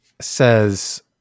says